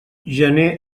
gener